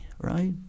right